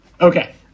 Okay